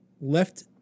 left